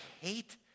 hate